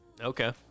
Okay